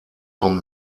vom